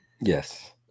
Yes